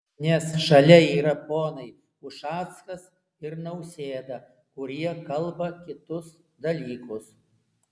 nes šalia yra ponai ušackas ir nausėda kurie kalba kitus dalykus